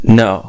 no